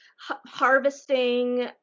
harvesting